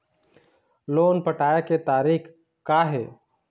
Loan पटाए के तारीख़ का हे?